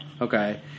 Okay